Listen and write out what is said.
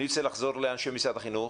משרד החינוך,